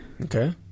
Okay